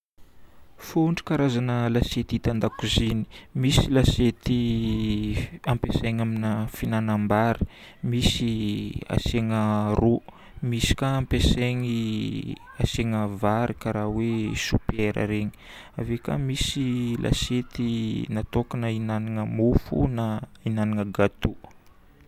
Fontry karazagna lasety hita an-dakozia: misy lasety ampiasaigna amina fihinanam-bary, misy asiagna ro. Misy ka ampiasaigna asiagna vary karaha hoe soupière regny. Ave ka misy lasety natokagna ihinanagna mofo na ihinanagna gâteau.